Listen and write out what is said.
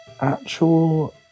actual